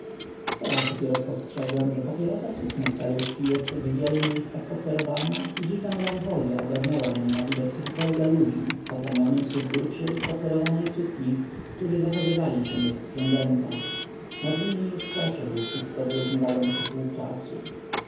teraz dopiero spostrzegłem że popielata suknia staruszki jest w wielu miejscach pocerowana i dziwna melancholia ogarnęła mnie na widok tych dwojga ludzi w poplamionym surducie i w pocerowanej sukni którzy zachowywali się jak książęta nad nimi już przeszedł wszystko wyrównywający pług czasu